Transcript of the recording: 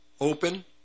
open